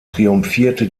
triumphierte